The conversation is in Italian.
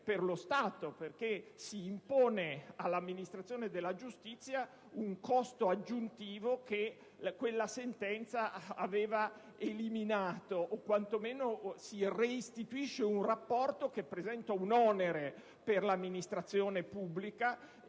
perché si impone all'amministrazione della giustizia un costo aggiuntivo che quella sentenza aveva eliminato; quantomeno, si ricostituisce un rapporto che comporta un onere per l'amministrazione pubblica;